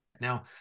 Now